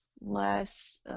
less